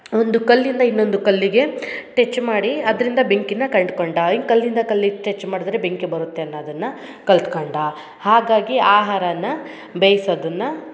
ಒಂದು ಕಲ್ಲಿಂದ ಇನ್ನೊಂದು ಕಲ್ಲಿಗೆ ಟಚ್ ಮಾಡಿ ಅದರಿಂದ ಬೆಂಕಿನ ಕಂಡ್ಕೊಂಡ ಹೆಂಗ್ ಕಲ್ಲಿಂದ ಕಲ್ಲಿಗ ಟಚ್ ಮಾಡದರೆ ಬೆಂಕಿ ಬರುತ್ತೆ ಅನ್ನದನ್ನ ಕಲ್ತ ಕಂಡ ಹಾಗಾಗಿ ಆಹಾರನ ಬೇಯ್ಸೋದನ್ನ